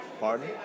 Pardon